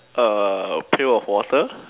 a pail of water